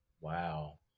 Wow